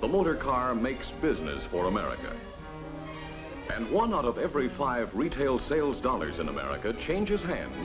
the motor car makes business for america and one out of every five of retail sales dollars in america changes hands